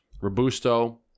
Robusto